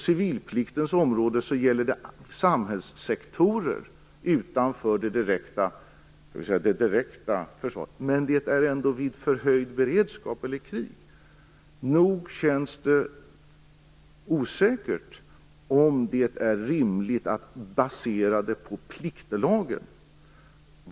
Civilplikten gäller på samhällssektorer utanför det direkta försvaret, men det är då fråga om förhöjd beredskap eller krig. Nog känns det osäkert ifall det är rimligt att basera detta på pliktlagen.